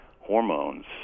hormones